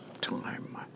time